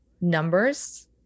numbers